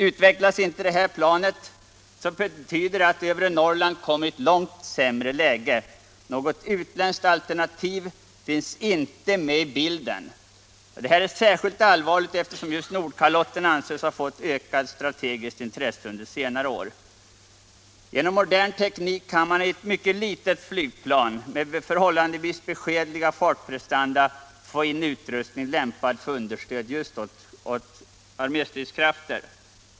Utvecklas inte detta plan, betyder det att övre Norrland kommer i ett långt sämre läge. Något utländskt alternativ finns inte med i bilden. Det här är särskilt allvarligt, eftersom just Nordkalotten ansetts ha fått ökad strategisk betydelse under senare år. Genom modern teknik kan man i ett mycket litet flygplan med förhållandevis blygsamma fartprestanda få in utrustning, lämpad för understöd just åt arméstridskrafter.